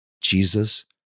Jesus